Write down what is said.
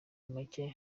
make